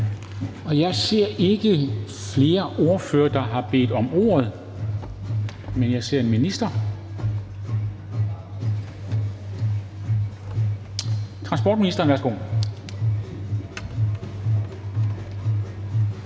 Jeg ser ikke flere ordførere, der har bedt om ordet, men jeg ser en minister. Transportministeren, værsgo.